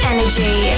Energy